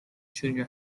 junior